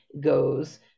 goes